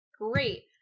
Great